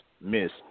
Miss